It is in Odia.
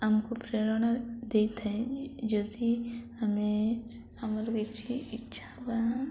ଆମକୁ ପ୍ରେରଣା ଦେଇଥାଏ ଯଦି ଆମେ ଆମର କିଛି ଇଚ୍ଛା ବା